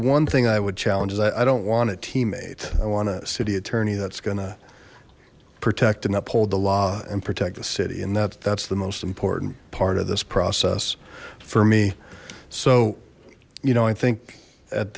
one thing i would challenge is i don't want a teammate i want a city attorney that's going to protect and uphold the law and protect the city and that that's the most important part of this process for me so you know i think at